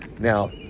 Now